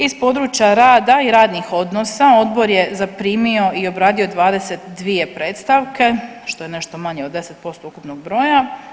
Iz područja rada i radnih odnosa, Odbor je zaprimio i obradio 22 predstavke, što je nešto manje od 10% ukupnog broja.